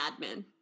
admin